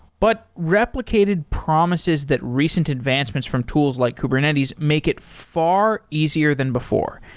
but replicated promises that recent advancements from tools like kubernetes make it far easier than before,